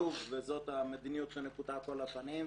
--- זאת המדיניות שנקוטה כל השנים,